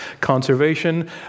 conservation